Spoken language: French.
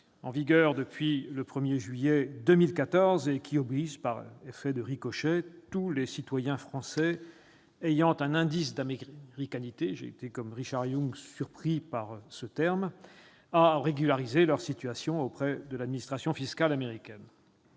en vigueur depuis le 1 juillet 2014, qui oblige par effet de ricochet tous les citoyens français ayant un « indice d'américanité »- j'ai été, comme Richard Yung, surpris par ces termes-à régulariser leur situation auprès de l'administration fiscale américaine.